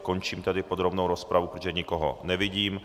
Končím tedy podrobnou rozpravu, protože nikoho nevidím.